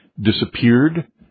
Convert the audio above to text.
disappeared